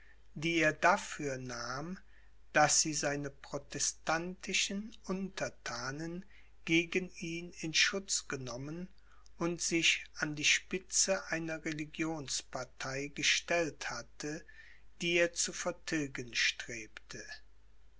die er dafür nahm daß sie seine protestantischen unterthanen gegen ihn in schutz genommen und sich an die spitze einer religionspartei gestellt hatte die er zu vertilgen strebte